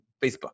Facebook